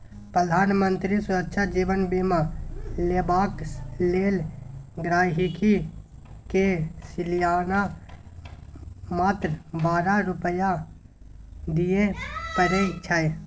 प्रधानमंत्री सुरक्षा जीबन बीमा लेबाक लेल गांहिकी के सलियाना मात्र बारह रुपा दियै परै छै